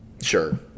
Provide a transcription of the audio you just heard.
Sure